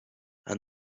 and